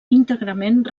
íntegrament